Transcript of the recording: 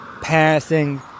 passing